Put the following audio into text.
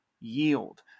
yield